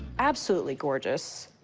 absolutely gorgeous.